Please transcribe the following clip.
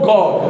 God